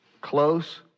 close